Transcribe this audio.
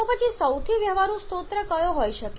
તો પછી સૌથી વ્યવહારુ સ્ત્રોત કયો હોઈ શકે